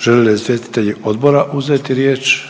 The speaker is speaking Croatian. žele li izvjestitelji odbora uzeti riječ?